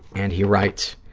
and he writes,